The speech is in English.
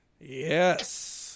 Yes